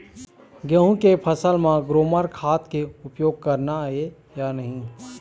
गेहूं के फसल म ग्रोमर खाद के उपयोग करना ये या नहीं?